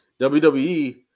WWE